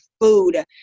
food